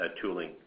tooling